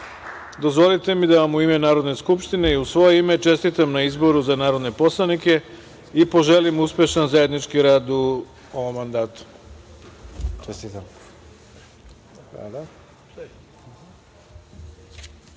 zakletve. Dozvolite mi da vam u ime Narodne skupštine i u svoje ime čestitam na izboru za narodne poslanike i poželim uspešan zajednički rad u ovom